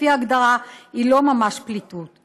לפי ההגדרה זה לא ממש פליטות.